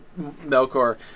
Melkor